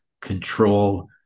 control